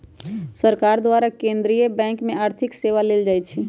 सरकार द्वारा केंद्रीय बैंक से आर्थिक सेवा लेल जाइ छइ